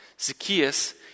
Zacchaeus